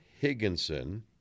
Higginson